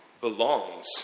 belongs